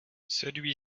celui